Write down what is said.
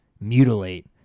mutilate